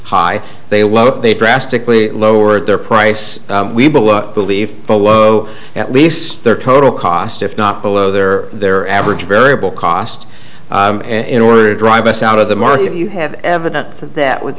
love they drastically lowered their price we believe below at least their total cost if not below their their average variable cost in order to drive us out of the market you have evidence of that with